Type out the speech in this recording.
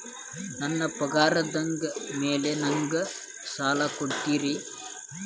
ನನ್ನ ಪಗಾರದ್ ಮೇಲೆ ನಂಗ ಸಾಲ ಕೊಡ್ತೇರಿ?